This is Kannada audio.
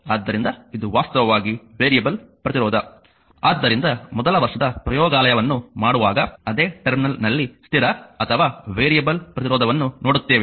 ಆದ್ದರಿಂದ ಇದು ವಾಸ್ತವವಾಗಿ ವೇರಿಯಬಲ್ ಪ್ರತಿರೋಧ ಆದ್ದರಿಂದ ಮೊದಲ ವರ್ಷದ ಪ್ರಯೋಗಾಲಯವನ್ನು ಮಾಡುವಾಗ ಅದೇ ಟರ್ಮಿನಲ್ನಲ್ಲಿ ಸ್ಥಿರ ಅಥವಾ ವೇರಿಯಬಲ್ ಪ್ರತಿರೋಧವನ್ನು ನೋಡುತ್ತೇವೆ